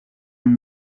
amb